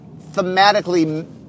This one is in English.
thematically